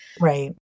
right